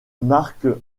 marc